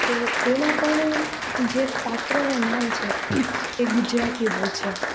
તો એવા પણ જે પાત્રોના નામ છે એ ગુજરાતી હોય છે